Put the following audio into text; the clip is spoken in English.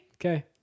Okay